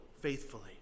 faithfully